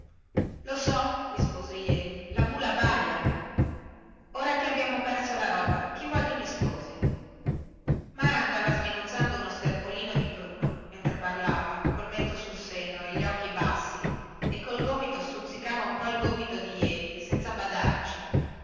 lo so rispose jeli la mula baia ora che abbiamo perso la roba chi vuoi che mi sposi mara andava sminuzzando uno sterpolino di pruno mentre parlava col mento sul seno e gli occhi bassi e col gomito stuzzicava un po il gomito di jeli senza badarci